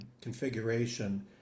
configuration